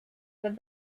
but